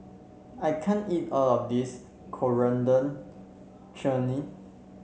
I can't eat all of this Coriander Chutney